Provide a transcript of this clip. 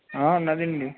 ఉన్నాదండి